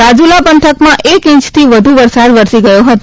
રાજુલા પંથકમાં એક ઇંચથી વધુ વરસાદ વરસી ગયો હતો